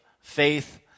faith